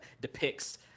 depicts